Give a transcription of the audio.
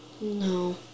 No